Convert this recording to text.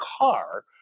car